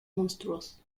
monstruos